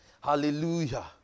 Hallelujah